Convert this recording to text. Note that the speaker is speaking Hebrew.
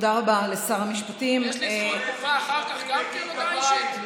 יש לי זכות תגובה אחר כך גם כן, הודעה אישית?